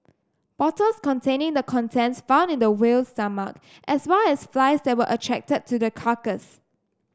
bottles containing the contents found in the whale's stomach as well as flies that were attracted to the carcass